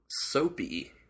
soapy